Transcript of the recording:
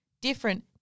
different